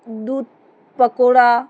দুধ পকৌড়া